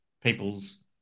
people's